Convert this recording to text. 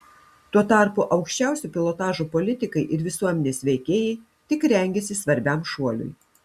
tuo tarpu aukščiausio pilotažo politikai ir visuomenės veikėjai tik rengiasi svarbiam šuoliui